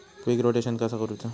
पीक rotation कसा करूचा?